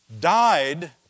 died